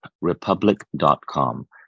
republic.com